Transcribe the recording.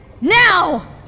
Now